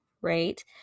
right